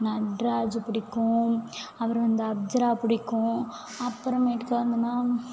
நட்ராஜ் பிடிக்கும் அப்புறம் வந்து அப்சரா பிடிக்கும் அப்புறமேட்டுக்கு வந்துன்னா